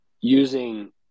Using